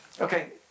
Okay